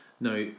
Now